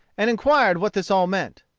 and inquired what this all meant.